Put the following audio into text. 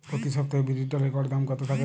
প্রতি সপ্তাহে বিরির ডালের গড় দাম কত থাকে?